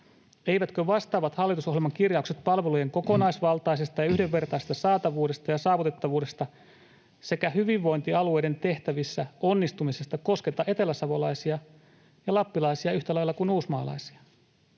Eivätkö vastaavat hallitusohjelman kirjaukset palveluiden kokonaisvaltaisesta ja yhdenvertaisesta saatavuudesta ja saavutettavuudesta sekä hyvinvointialueiden tehtävissä onnistumisesta kosketa eteläsavolaisia ja lappilaisia yhtä lailla kuin uusmaalaisia?